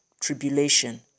tribulation